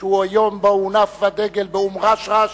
שהוא היום שבו הונף הדגל באום-רשרש,